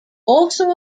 also